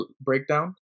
breakdown